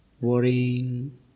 worrying